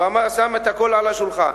שם את הכול על השולחן.